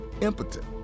impotent